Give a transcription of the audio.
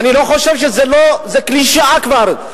זאת קלישאה כבר.